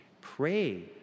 Pray